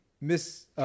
miss